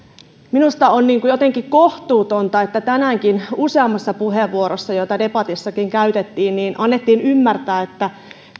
minusta on jotenkin kohtuutonta että tänäänkin useammassa puheenvuorossa joita debatissakin käytettiin annettiin ymmärtää että